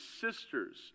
sisters